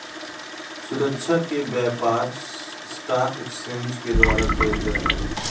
सुरक्षा के व्यापार स्टाक एक्सचेंज के द्वारा क़इल जा हइ